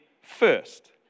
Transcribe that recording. first